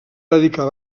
dedicar